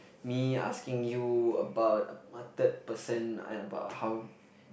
me asking you about a third person and about how